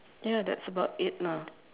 ya that's about it lah